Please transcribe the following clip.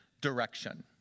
direction